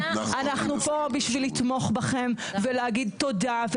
אנחנו פה בשביל לתמוך בכם ולהגיד תודה.